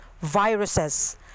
viruses